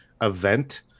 event